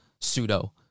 pseudo